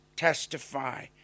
Testify